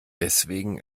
deswegen